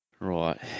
Right